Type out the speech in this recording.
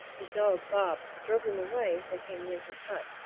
his dog, bob, drove them away if they came near his hut.